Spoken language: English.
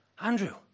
Andrew